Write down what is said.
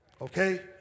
okay